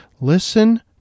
Listen